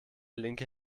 linke